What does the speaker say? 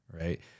right